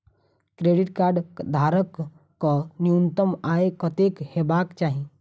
Credit card धारक कऽ न्यूनतम आय कत्तेक हेबाक चाहि?